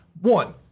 One